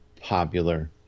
popular